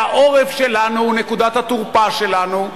והעורף שלנו הוא נקודת התורפה שלנו,